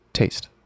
Taste